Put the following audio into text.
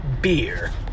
beer